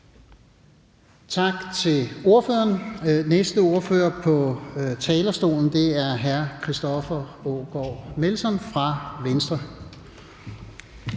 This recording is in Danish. Tak til ordføreren. Den næste ordfører på talerstolen er hr. Christoffer Aagaard Melson fra Venstre.